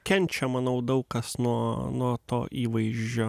kenčia manau daug kas nuo nuo to įvaizdžio